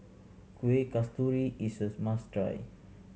Kueh Kasturi is a must try